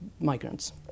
migrants